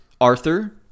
Arthur